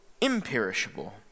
imperishable